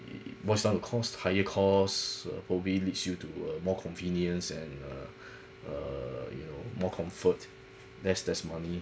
it was on a cost higher costs probably leads you to a more convenience and uh err you know more comfort that's that's money